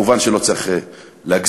מובן שלא צריך להגזים,